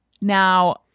Now